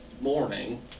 morning